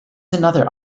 another